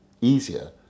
easier